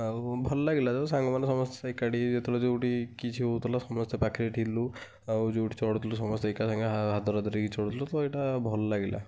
ଆଉ ଭଲ ଲାଗିଲା ସବୁ ସାଙ୍ଗ ମାନେ ସମସ୍ତେ ଏକାଠି ହେଇ ଯେତେବେଳେ ଯେଉଁଠି କିଛି ହେଉଥିଲା ସମସ୍ତେ ପାଖରେ ଥିଲୁ ଆଉ ଯେଉଁଠି ଚଢ଼ୁ ଥିଲୁ ସମସ୍ତେ ଏକା ସାଙ୍ଗରେ ହାତ ଧରା ଧରି ହେଇକି ଚଢ଼ୁଥିଲୁ ତ ଏଇଟା ଭଲ ଲାଗିଲା